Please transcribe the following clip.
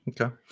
Okay